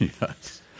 yes